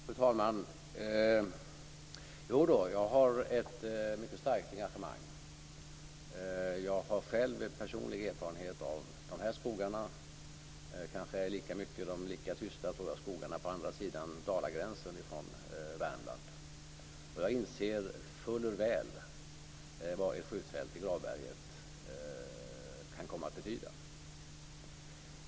Fru talman! Jo då - jag har ett mycket starkt engagemang. Jag har personlig erfarenhet av dessa skogar. Det gäller kanske lika mycket de lika tysta skogarna på andra sidan Dalagränsen från Värmland sett. Jag inser fuller väl vad ett skjutfält i Gravberget kan komma att betyda.